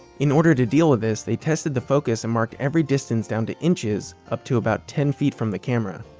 in order to deal with this, they tested the focus and marked every distance down to inches up to about ten feet from the camera.